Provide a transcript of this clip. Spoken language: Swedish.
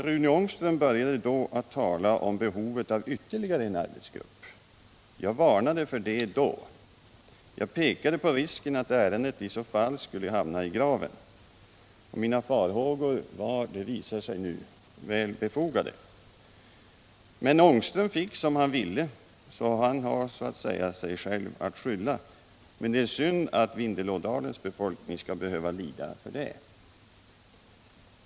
Rune Ångström började då tala om behovet av ytterligare en arbetsgrupp. Jag varnade för det och pekade på risken för att ärendet i så fall skulle hamna i graven. Det visar sig nu att mina farhågor var väl befogade. Ångström fick emellertid som han ville och har alltså sig själv att skylla — men det är synd att Vindelådalens befolkning skall behöva lida för det.